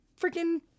freaking